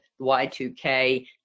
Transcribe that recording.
Y2K